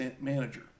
manager